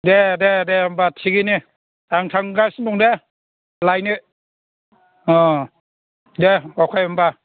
दे दे दे होमब्ला थिगैनो आं थांगासिनो दं दे लायनो अ दे अके होमब्ला